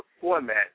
format